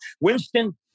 Winston